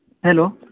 hello